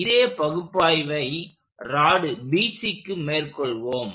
இதே பகுப்பாய்வை ராடு BCக்கு மேற்கொள்வோம்